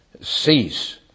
cease